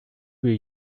will